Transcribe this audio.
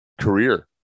career